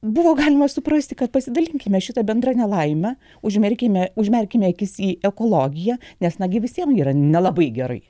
buvo galima suprasti kad pasidalinkime šita bendra nelaime užmerkine užmerkime akis į ekologiją nes na gi visiem yra nelabai gerai